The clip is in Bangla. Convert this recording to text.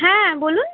হ্যাঁ বলুন